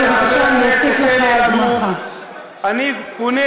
חבר הכנסת עודד פורר, אני קוראת